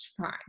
fine